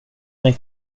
mig